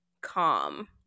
calm